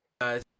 guys